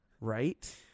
right